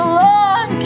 long